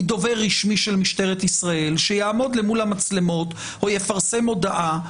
מדובר רשמי של משטרת ישראל שיעמוד למול המצלמות או יפרסם הודעה,